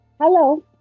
Hello